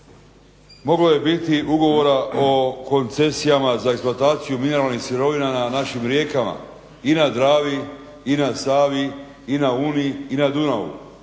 moglo je biti ugovora o koncesijama za eksploataciju mineralnih sirovina na našim rijekama i na Dravi i na Savi i na Uni i na Dunavu.